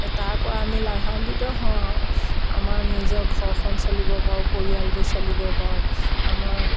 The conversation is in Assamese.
তাৰপৰা আমি লাভান্বিত হওঁ আৰু আমাৰ নিজৰ ঘৰখন চলিব পাৰোঁ পৰিয়ালটো চলিব পাৰো আমাৰ